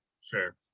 Sure